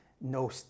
no